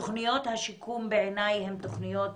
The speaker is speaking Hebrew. תוכניות השיקום בעיניי הן תוכניות